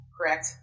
Correct